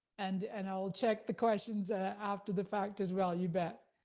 and and i'll check the questions after the fact, as well, you bet.